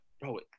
bro